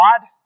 God